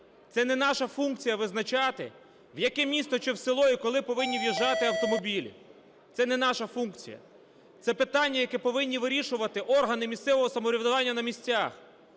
Це не наша функція – визначати, в яке місто чи в село і коли повинні в'їжджати автомобілі, це не наша функція, це питання, які повинні вирішувати органи місцевого самоврядування на місцях.